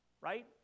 right